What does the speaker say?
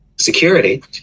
security